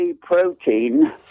protein